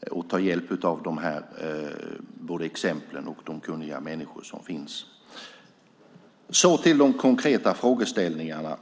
Vi får ta hjälp av exemplen och de kunniga människor som finns. Så till de konkreta frågeställningarna.